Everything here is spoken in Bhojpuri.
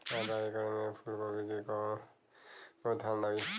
आधा एकड़ में फूलगोभी के कव गो थान लागी?